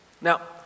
Now